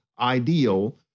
ideal